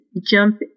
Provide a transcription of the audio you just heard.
jump